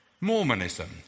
Mormonism